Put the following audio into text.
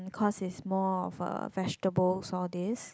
because it's more of uh vegetables all these